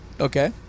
okay